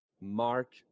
Mark